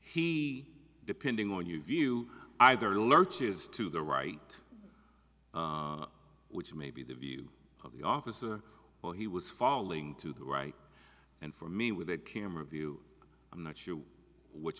he depending on you view either lurch is to the right which may be the view of the officer or he was falling to the right and for me with a camera view i'm not sure which